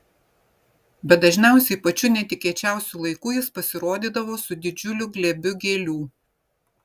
bet dažniausiai pačiu netikėčiausiu laiku jis pasirodydavo su didžiuliu glėbiu gėlių